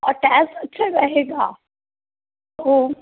और ट्यास्ट अच्छा रहेगा वह